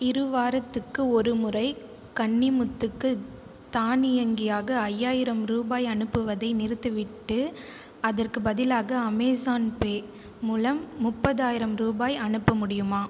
இருவாரத்துக்கு ஒருமுறை கன்னிமுத்துக்கு தானியங்கியாக ஐயாயிரம் ரூபாய் அனுப்புவதை நிறுத்திவிட்டு அதற்குப் பதிலாக அமேஸான்பே மூலம் முப்பதாயிரம் ரூபாய் அனுப்ப முடியுமா